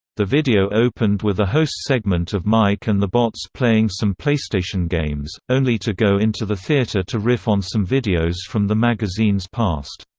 the video opened with a host segment of mike and the bots playing some playstation games, only to go into the theater to riff on some videos from the magazine's past.